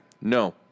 No